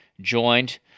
joined